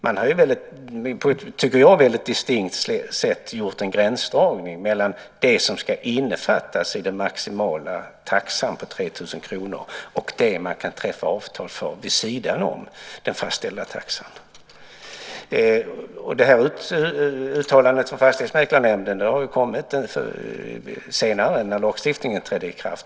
Man har på ett, tycker jag, distinkt sätt gjort en gränsdragning mellan det som ska innefattas i den maximala taxan på 3 000 kr och det man kan träffa avtal om vid sidan om den fastställda taxan. Uttalandet från fastighetsmäklarnämnden har kommit efter att lagstiftningen trädde i kraft.